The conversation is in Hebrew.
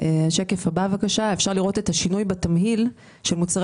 בשקף הבא אפשר לראות את השינוי בתמהיל של מוצרי